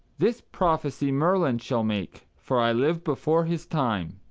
this prophecy merlin shall make for i live before his time.